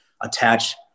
attach